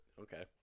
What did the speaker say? okay